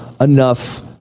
enough